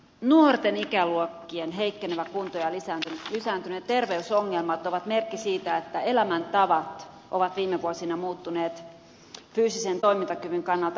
nuorten ikäluokkien heikkenevä kunto ja lisääntyneet terveysongelmat ovat merkki siitä että elämäntavat ovat viime vuosina muuttuneet fyysisen toimintakyvyn kannalta epäsuotuisaan suuntaan